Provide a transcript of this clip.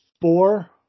four